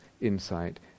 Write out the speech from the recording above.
insight